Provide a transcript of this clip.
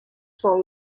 sol